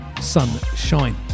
Sunshine